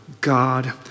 God